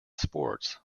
sports